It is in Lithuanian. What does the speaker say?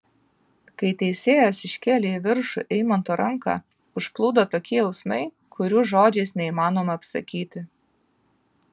kai teisėjas iškėlė į viršų eimanto ranką užplūdo tokie jausmai kurių žodžiais neįmanoma apsakyti